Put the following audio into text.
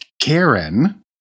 Karen